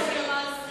אתה מחרחר מלחמה.